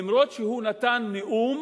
אף-על-פי שהוא נתן נאום